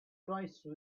twice